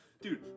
Dude